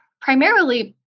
primarily